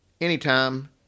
anytime